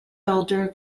elder